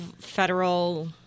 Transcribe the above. federal